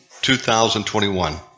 2021